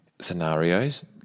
scenarios